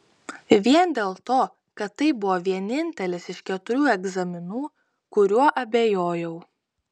vien dėl to kad tai buvo vienintelis iš keturių egzaminų kuriuo abejojau